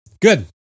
Good